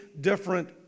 different